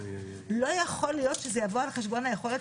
לא יכול להיות שזה יבוא על חשבון היכולת